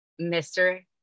Mr